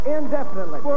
indefinitely